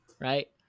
right